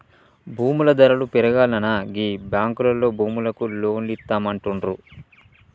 భూముల ధరలు పెరుగాల్ననా గీ బాంకులోల్లు భూములకు లోన్లిత్తమంటుండ్రు